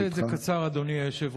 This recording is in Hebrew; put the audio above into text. אני אעשה את זה קצר, אדוני היושב-ראש.